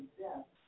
death